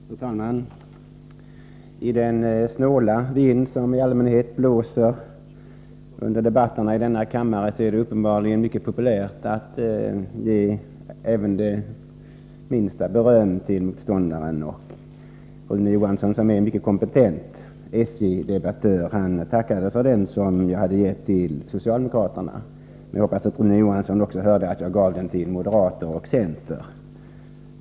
Fru talman! I den snåla vind som i allmänhet blåser under debatterna i denna kammare är det uppenbarligen mycket populärt, om man ger även det minsta beröm till en motståndare. Rune Johansson, som är en mycket kompetent SJ-debattör, tackade för det beröm jag hade givit till socialdemokraterna, men jag hoppas att han också hörde att jag samtidigt gav det till moderater och center.